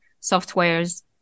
softwares